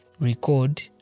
record